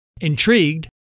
Intrigued